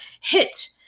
hit